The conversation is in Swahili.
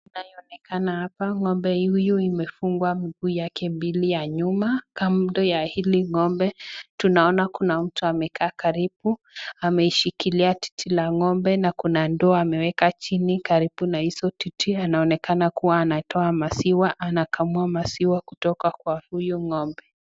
Inayoonekana hapa, ng'ombe huyu imefungwa miguu yake mbili ya nyuma, kando ya hili ng'ombe tunaona kuna mtu amekaa karibu ameishikilia titi la ng'ombe na kuna ndoo ameweka chini karibbu na hizo titi anaonekana kuwa anatoa maziwa anakamua maziwa kutoka kwa huyu ng'ombe.